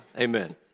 Amen